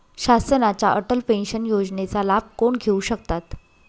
शासनाच्या अटल पेन्शन योजनेचा लाभ कोण घेऊ शकतात?